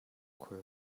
khual